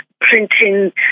printing